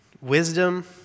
wisdom